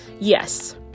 yes